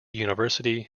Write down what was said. university